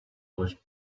was